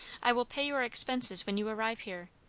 i will pay your expenses when you arrive here.